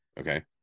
Okay